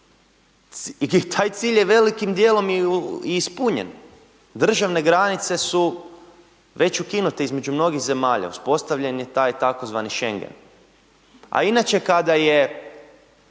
i taj cilj je velikim dijelom i ispunjen, državne granice su već ukinute između mnogih zemalja, uspostavljen je taj tzv. Schengen. A inače kada je